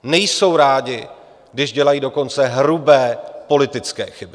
Nejsou rádi, když dělají dokonce hrubé politické chyby.